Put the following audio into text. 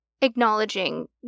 acknowledging